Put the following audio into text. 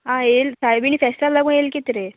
आ येल सायबिणी फेस्टल लागून येल कित रे